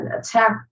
attack